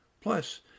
Plus